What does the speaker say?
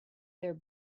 their